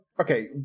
Okay